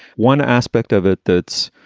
one aspect of it that's.